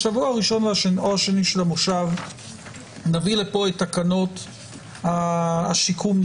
המושב נביא לפה את תקנות השיקום.